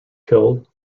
killed